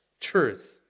truth